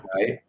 Right